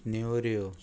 नेवऱ्यो